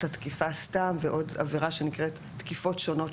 התקיפה סתם ועוד עבירה שנקראת תקיפות שונות,